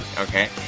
okay